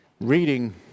reading